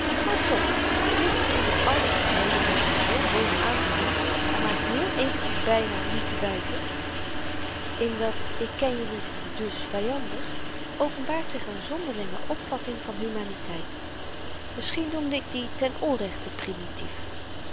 maar toch ligt er in dit alles n reden om elkaar zoo boos aantezien en maar heel eventjes byna niet te byten in dat ik ken je niet dus vyandig openbaart zich n zonderlinge opvatting van humaniteit misschien noemde ik die ten onrechte primitief